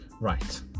right